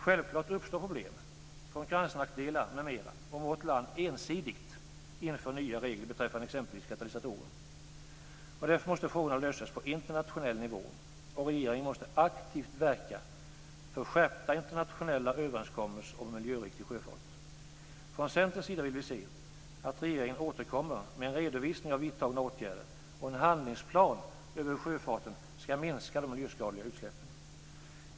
Självklart uppstår problem, konkurrensnackdelar m.m. om vårt land ensididgt inför nya regler beträffande exempelvis katalysatorer. Därför måste frågorna lösas på internationell nivå, och regeringen måste aktivt verka för skärpta internationella överenskommelser om en miljöriktig sjöfart. Från Centerns sida vill vi se att regeringen återkommer med en redovisning av vidtagna åtgärder och en handlingsplan över hur sjöfarten skall minska de miljöskadliga utsläppen.